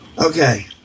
Okay